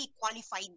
qualified